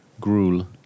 Gruel